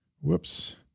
whoops